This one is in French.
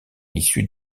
issue